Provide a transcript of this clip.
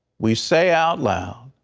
we say out loud,